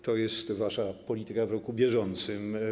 To jest wasza polityka w roku bieżącym.